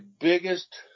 biggest